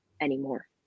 anymore